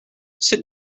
sit